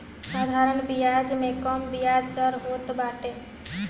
साधारण बियाज में कम बियाज दर होत बाटे